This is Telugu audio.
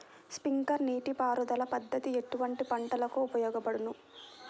స్ప్రింక్లర్ నీటిపారుదల పద్దతి ఎటువంటి పంటలకు ఉపయోగపడును?